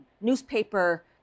newspaper